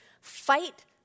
Fight